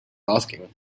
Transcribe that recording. asking